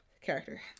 Character